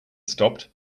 stopped